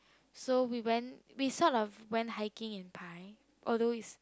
so we went we sort of went hiking in Pai although is